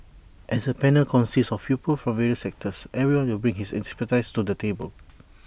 as the panel consists of people from various sectors everyone will bring his expertise to the table